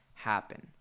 Happen